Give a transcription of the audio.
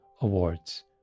awards